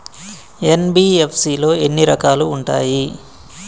NBFC లో ఎన్ని రకాలు ఉంటాయి?